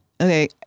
Okay